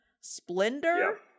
Splendor